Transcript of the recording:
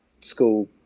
school